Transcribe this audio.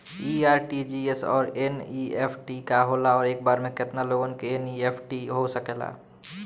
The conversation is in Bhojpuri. इ आर.टी.जी.एस और एन.ई.एफ.टी का होला और एक बार में केतना लोगन के एन.ई.एफ.टी हो सकेला?